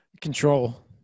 Control